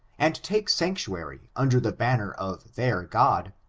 and take sanctuary under the banner of their god,